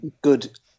good